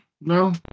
no